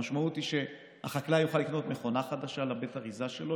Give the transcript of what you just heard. המשמעות היא שהחקלאי יוכל לקנות מכונה חדשה לבית האריזה שלו,